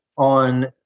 on